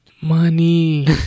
Money